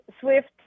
SWIFT